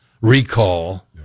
recall